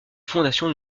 fondation